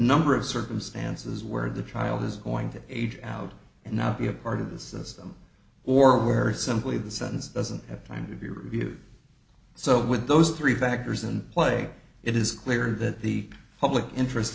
number of circumstances where the child is going to age out and not be a part of the system or where simply the sentence doesn't have time to be reviewed so with those three factors in play it is clear that the public interest